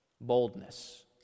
Boldness